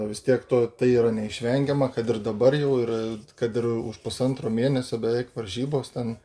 vis tiek to tai yra neišvengiama kad ir dabar jau ir kad ir už pusantro mėnesio beveik varžybos ten